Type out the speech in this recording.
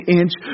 inch